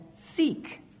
seek